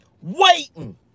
Waiting